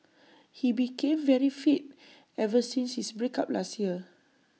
he became very fit ever since his break up last year